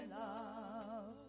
love